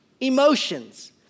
emotions